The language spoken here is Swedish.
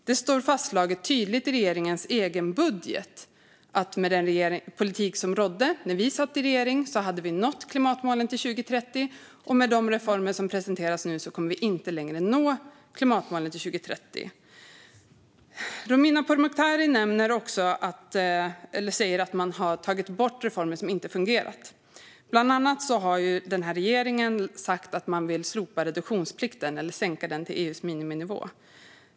Det är tydligt fastslaget i regeringens egen budget att med den politik som rådde när vi satt i regeringen hade klimatmålen nåtts till 2030, och med de reformer som presenteras nu kommer vi inte längre att nå klimatmålen till 2030. Romina Pourmokhtari säger att regeringen har tagit bort reformer som inte har fungerat. Bland annat har regeringen sagt att man vill slopa reduktionsplikten eller sänka den till EU:s miniminivå.